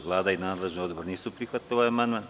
Vlada i nadležni odbor nisu prihvatili amandman.